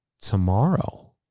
tomorrow